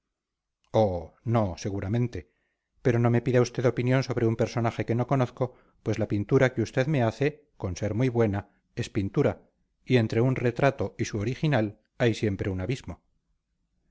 oh no seguramente pero no me pida usted opinión sobre un personaje que no conozco pues la pintura que usted me hace con ser muy buena es pintura y entre un retrato y su original hay siempre un abismo